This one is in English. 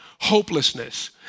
hopelessness